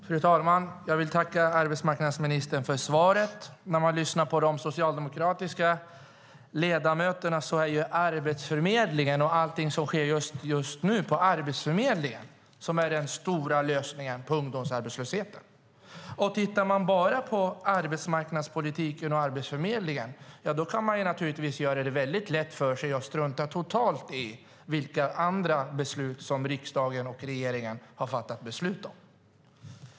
Fru talman! Jag tackar arbetsmarknadsministern för svaret. Lyssnar man på de socialdemokratiska ledamöterna är Arbetsförmedlingen och allt som sker där den stora lösningen på ungdomsarbetslösheten. Ser man enbart till arbetsmarknadspolitiken och Arbetsförmedlingen kan man göra det lätt för sig och totalt strunta i vilka andra beslut som riksdagen och regeringen har fattat beslut om.